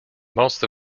most